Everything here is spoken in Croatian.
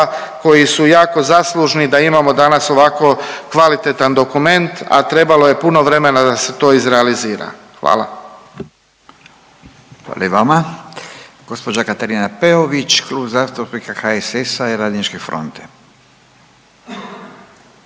koji su jako zaslužni da imamo danas ovako kvalitetan dokument, a trebalo je puno vremena da se to izrealizira. Hvala. **Radin, Furio (Nezavisni)** Hvala i vama. Gospođa Katarina Peović, Klub zastupnika HSS-a i Radničke fronte.